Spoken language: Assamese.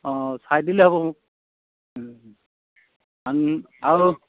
অঁ চাই দিলে হ'ব মোক আৰু